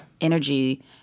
energy